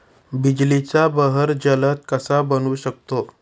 बिजलीचा बहर जलद कसा बनवू शकतो?